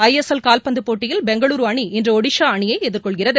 ஐ S L கால்பந்துப் போட்டியில் பெங்களூரு அணி இன்று ஒடிஸா அணியை எதிர்கொள்கிறது